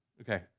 okay